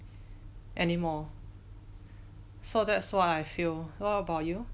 anymore so that's what I feel what about you